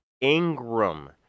Ingram